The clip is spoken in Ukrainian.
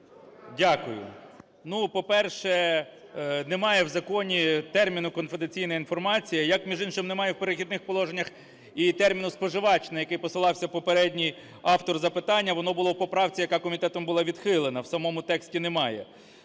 Дякую. Ну, по-перше, немає в законі терміну "конфіденційна інформація". Як, між іншим, немає і в "Перехідних положеннях" і терміну "споживач", на який посилався попередній автор запитання. Воно було в поправці, яка комітетом була відхилена, в самому тексті немає.